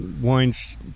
wines